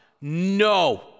No